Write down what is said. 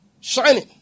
Shining